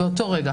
באותו רגע.